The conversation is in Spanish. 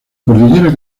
cordillera